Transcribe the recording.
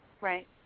Right